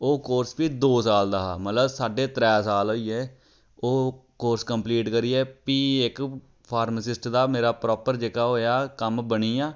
ओह् कोर्स फिर दो साल दा हा मतलब साढ्ढे त्रै साल होई गे ओह् कोर्स कंपलीट करियै फ्ही इक फार्मसिस्ट दा मेरा प्रापर जेह्का होएआ कम्म बनी गेआ